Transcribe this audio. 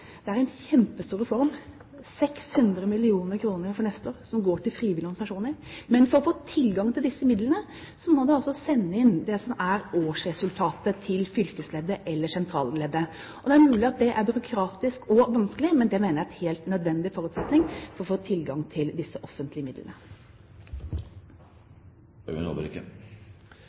Det er en kjempestor reform: 600 mill. kr for neste år går til frivillige organisasjoner. Men for å få tilgang til disse midlene må en altså sende inn årsresultatet til fylkesleddet eller sentralleddet. Det er mulig at det er byråkratisk og vanskelig, men det mener jeg er en helt nødvendig forutsetning for å få tilgang til disse offentlige midlene.